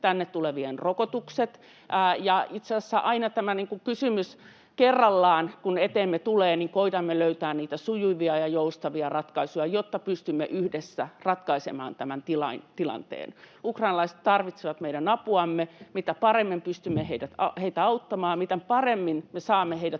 tänne tulevien rokotukset? Ja itse asiassa aina, kun eteemme näitä tulee, kysymys kerrallaan koetamme löytää niitä sujuvia ja joustavia ratkaisuja, jotta pystymme yhdessä ratkaisemaan tämän tilanteen. Ukrainalaiset tarvitsevat meidän apuamme. Mitä paremmin pystymme heitä auttamaan, mitä paremmin me saamme heidät